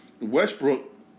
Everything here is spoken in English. Westbrook